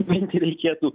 mintį reikėtų